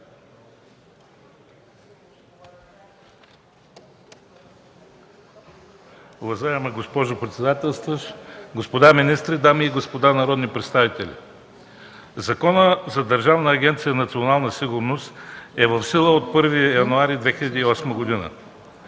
Уважаема госпожо председател, господа министри, дами и господа народни представители, Законът за Държавна агенция „Национална сигурност” е в сила от 1 януари 2008 г.